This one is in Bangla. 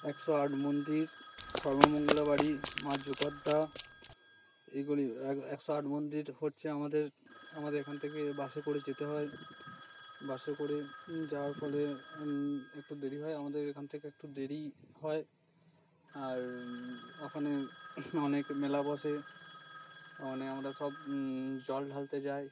একশো আট মন্দির সর্বমঙ্গলা বাড়ি মা এগুলি একশো আট মন্দির হচ্ছে আমাদের আমাদের এখান থেকে বাসে করে যেতে হয় বাসে করে যাওয়ার ফলে একটু দেরি হয় আমাদের এখান থেকে একটু দেরিই হয় আর ওখানে অনেক মেলা বসে অনে আমরা সব জল ঢালতে যাই